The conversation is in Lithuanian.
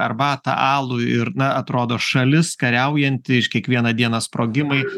arbatą alų ir na atrodo šalis kariaujanti iš kiekvieną dieną sprogimai